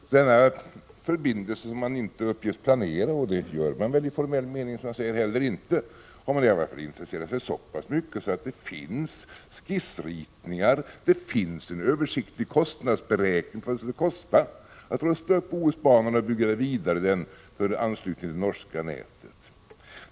För denna förbindelse, som man uppges inte planera — och det gör man väl heller inte i formell mening — har man i alla fall intresserat sig så mycket att det finns skisser och en översiktlig beräkning av vad det skulle kosta att rusta upp Bohusbanan och bygga den vidare för anslutning till norska nätet.